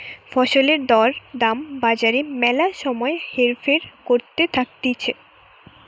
ফসলের দর দাম বাজারে ম্যালা সময় হেরফের করতে থাকতিছে